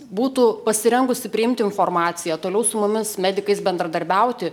būtų pasirengusi priimti informaciją toliau su mumis medikais bendradarbiauti